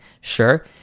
Sure